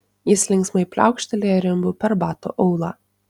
jis linksmai pliaukštelėjo rimbu per bato aulą